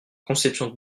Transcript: conception